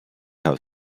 out